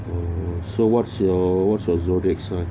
so what's your what's your zodiac sign